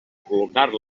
col·locar